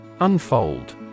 Unfold